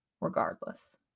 regardless